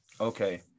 Okay